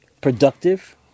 productive